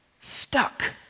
Stuck